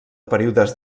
períodes